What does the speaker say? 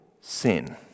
sin